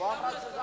שילמנו על זה,